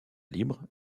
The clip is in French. libre